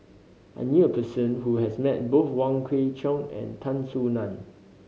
I knew a person who has met both Wong Kwei Cheong and Tan Soo Nan